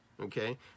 okay